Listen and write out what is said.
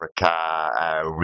Africa